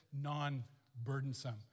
non-burdensome